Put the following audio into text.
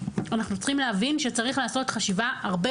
אנחנו צריכים להבין שצריך לעשות חשיבה הרבה